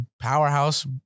powerhouse